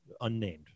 unnamed